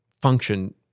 function